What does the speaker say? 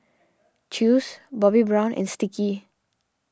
Chew's Bobbi Brown and Sticky